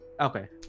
Okay